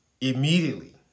Immediately